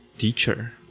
teacher